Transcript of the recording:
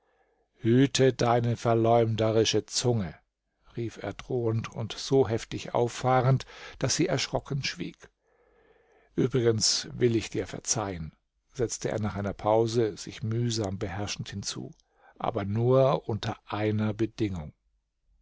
hüte deine verleumderische zunge rief er drohend und so heftig auffahrend daß sie erschrocken schwieg uebrigens will ich dir verzeihen setzte er nach einer pause sich mühsam beherrschend hinzu aber nur unter einer bedingung